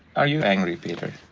are you angry, peter?